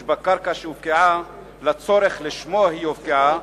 בקרקע שהופקעה לצורך שלשמו היא הופקעה,